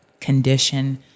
condition